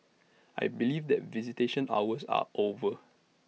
I believe that visitation hours are over